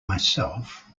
myself